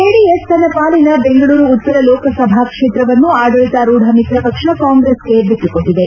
JDS ತನ್ನ ಪಾಲಿನ ಬೆಂಗಳೂರು ಉತ್ತರ ಲೋಕಸಭಾ ಕ್ಷೇತ್ರವನ್ನು ಆಡಳಿತಾರೂಢ ಮಿತ್ರ ಪಕ್ಷ ಕಾಂಗ್ರೆಸ್ಗೆ ಬಿಟ್ಟುಕೊಟ್ಟಿದೆ